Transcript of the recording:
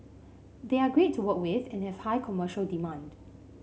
they are great to work with and have high commercial demand